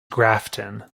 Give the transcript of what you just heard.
grafton